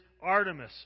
Artemis